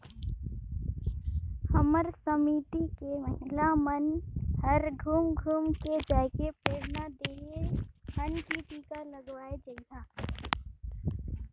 हमर समिति के महिला मन हर घुम घुम के जायके प्रेरना देहे हन की टीका लगवाये जइहा